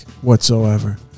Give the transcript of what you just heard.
whatsoever